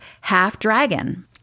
half-dragon